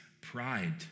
pride